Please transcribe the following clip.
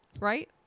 right